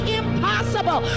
impossible